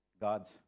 God's